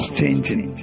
changing